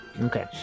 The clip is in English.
Okay